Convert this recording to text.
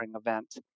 event